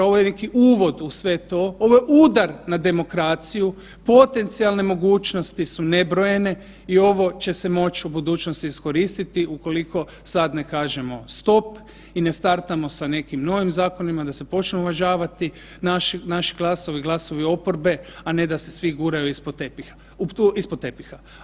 Ovo je neki uvod u sve to, ovo je udar na demokraciju, potencijalne mogućnosti su nebrojene i ovo će se moć u budućnosti iskoristiti ukoliko sada ne kažemo stop i ne startamo sa nekim novim zakonima da se počne uvažavati naši glasovi, glasovi oporbe, a ne da se sve gura ispod tepiha.